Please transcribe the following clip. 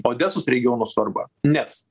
odesos regiono svarba nes